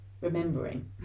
remembering